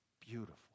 beautiful